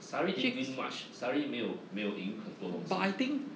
sarri didn't win much sarri 没有没有赢很多东西